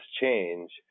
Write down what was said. change